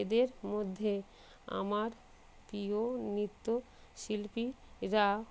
এদের মধ্যে আমার প্রিয় নৃত্য শিল্পীরা